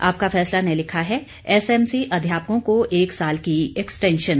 आपका फैसला ने लिखा है एसएमसी अध्यापकों को एक साल की एक्सटेंशन